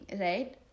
right